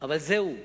אבל זהו,